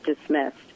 dismissed